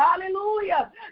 Hallelujah